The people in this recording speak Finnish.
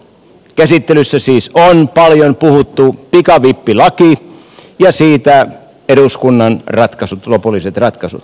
käsittelyssä siis on paljon puhuttu pikavippilaki ja siitä eduskunnan lopulliset ratkaisut